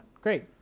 great